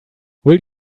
will